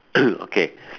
okay